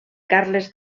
carles